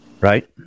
right